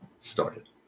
started